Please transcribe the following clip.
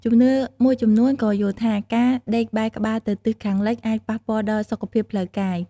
ជំនឿមួយចំនួនក៏យល់ថា ការដេកបែរក្បាលទៅទិសខាងលិចអាចប៉ះពាល់ដល់ សុខភាពផ្លូវកាយ។